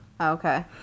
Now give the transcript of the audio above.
okay